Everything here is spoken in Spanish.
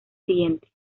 siguiente